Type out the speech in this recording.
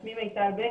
שמי מיטל בק,